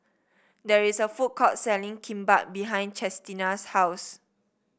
there is a food court selling Kimbap behind Chestina's house